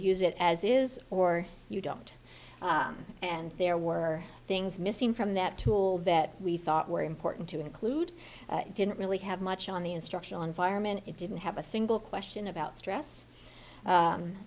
use it as is or you don't and there were things missing from that tool that we thought were important to include didn't really have much on the instructional environment it didn't have a single question about stress